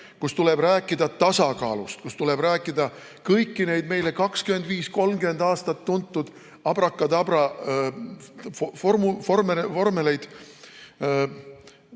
kus tuleb rääkida tasakaalust, kus tuleb ette lugeda kõiki neid meile 25 või 30 aastat tuntud abrakadabra vormeleid.